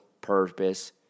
purpose